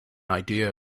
idea